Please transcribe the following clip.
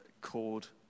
called